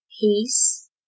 Peace